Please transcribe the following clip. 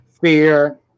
fear